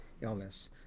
illness